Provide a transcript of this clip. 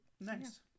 Nice